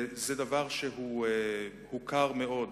זה דבר שהוכר מאוד